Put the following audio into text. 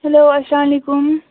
hello اسلامُ علیکُم